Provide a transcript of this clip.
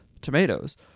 tomatoes